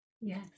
Yes